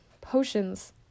Potions